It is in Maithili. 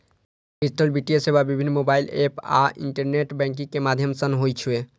डिजिटल वित्तीय सेवा विभिन्न मोबाइल एप आ इंटरनेट बैंकिंग के माध्यम सं होइ छै